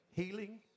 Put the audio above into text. Healing